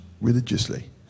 religiously